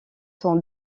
sont